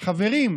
חברים,